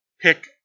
pick